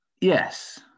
yes